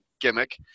gimmick